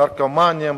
לנרקומנים,